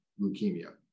leukemia